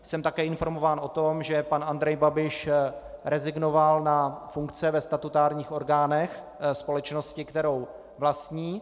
Jsem také informován o tom, že pan Andrej Babiš rezignoval na funkce ve statutárních orgánech společnosti, kterou vlastní.